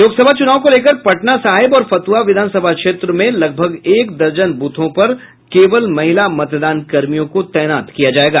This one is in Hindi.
लोकसभा चुनाव को लेकर पटना साहिब और फतुहा विधानसभा क्षेत्र में लगभग एक दर्जन बूथों पर केवल महिला मतदान कर्मियों को तैनात किया जायेगा